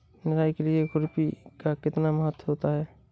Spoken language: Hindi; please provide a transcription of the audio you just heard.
निराई के लिए खुरपी का कितना महत्व होता है?